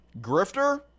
grifter